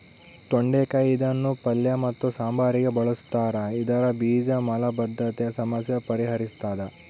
ತೊಂಡೆಕಾಯಿ ಇದನ್ನು ಪಲ್ಯ ಮತ್ತು ಸಾಂಬಾರಿಗೆ ಬಳುಸ್ತಾರ ಇದರ ಬೀಜ ಮಲಬದ್ಧತೆಯ ಸಮಸ್ಯೆ ಪರಿಹರಿಸ್ತಾದ